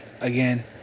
again